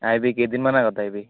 আহিবি কেইদিনমান আগত আহিবি